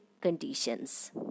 conditions